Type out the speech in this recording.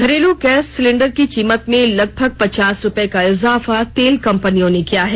घरेलू gas cylinder की कीमत में लगभग पचास रुपए का इजाफा तेल कंपनियों ने किया है